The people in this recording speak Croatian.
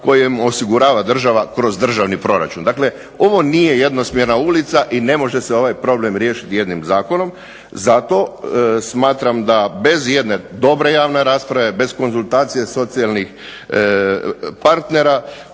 koje mu osigurava država kroz državni proračun. Dakle ovo nije jednosmjerna ulica i ne može se ovaj problem riješiti jednim zakonom, zato smatram da bez jedne dobre javne rasprave, bez konzultacije socijalnih partnera